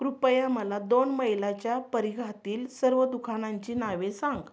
कृपया मला दोन मैलाच्या परिघातील सर्व दुकानांची नावे सांग